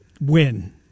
Win